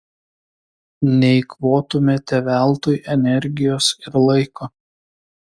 neeikvotumėte veltui energijos ir laiko